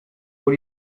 voor